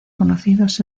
conocidos